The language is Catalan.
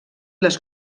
les